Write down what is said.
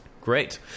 Great